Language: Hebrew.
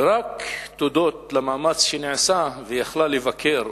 רק הודות למאמץ שנעשה היא יכלה לבקר,